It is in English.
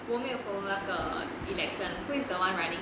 我没有 follow 那个 election who is the one running